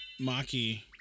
Maki